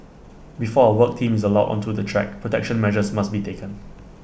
before A work team is allowed onto the track protection measures must be taken